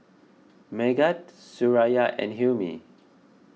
Megat Suraya and Hilmi